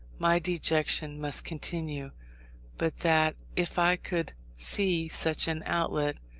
my dejection must continue but that if i could see such an outlet,